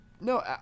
No